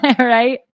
Right